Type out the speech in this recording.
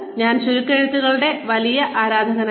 ഞാൻ ചുരുക്കെഴുത്തുകളുടെ വലിയ ആരാധകനല്ല